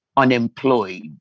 unemployed